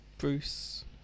Bruce